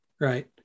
right